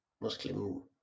Muslim